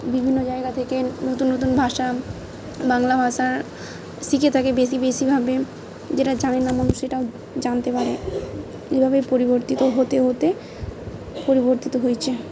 বিভিন্ন জায়গা থেকে নতুন নতুন ভাষা বাংলা ভাষার শিখে থাকে বেশি বেশিভাবে যেটা জানিয়ে নাম সেটাও জানতে পারে এভাবেই পরিবর্তিত হতে হতে পরিবর্তিত হয়েছে